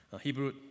Hebrew